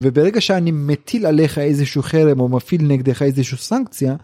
וברגע שאני מטיל עליך איזשהו חרם או מפעיל נגדך איזשהו סנקציה